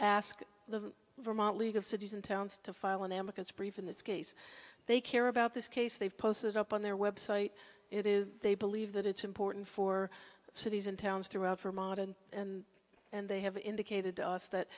ask the vermont league of cities and towns to file an advocacy brief in this case they care about this case they've posted up on their website it is they believe that it's important for cities and towns throughout vermont and and they have indicated t